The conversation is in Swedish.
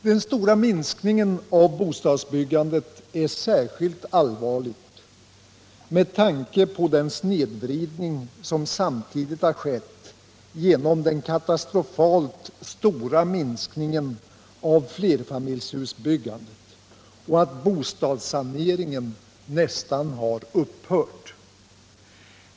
Den störa minskningen av bostadsbyggandet är särskilt allvarlig med tanke på den snedvridning som samtidigt har skett genom den katastrofalt stora minskningen av flerfamiljshusbyggande och genom att bostadssaneringen nästan har upphört.